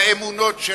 באמונות,